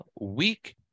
week